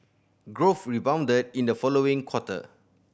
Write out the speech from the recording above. growth rebounded in the following quarter